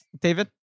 David